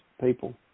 people